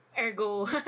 Ergo